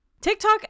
TikTok